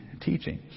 teaching